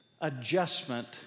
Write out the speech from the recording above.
adjustment